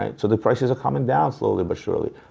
right? so the prices are coming down, slowly but surely.